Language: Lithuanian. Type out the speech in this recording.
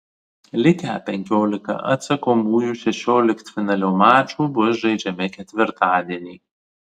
likę penkiolika atsakomųjų šešioliktfinalio mačų bus žaidžiami ketvirtadienį